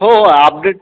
हो हो आपडेट